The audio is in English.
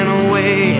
away